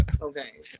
Okay